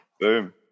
Boom